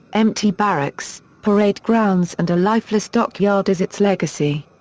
empty barracks, parade grounds and a lifeless dockyard as its legacy.